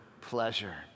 pleasure